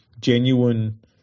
genuine